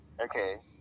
Okay